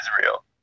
Israel